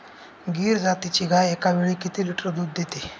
गीर जातीची गाय एकावेळी किती लिटर दूध देते?